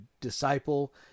disciple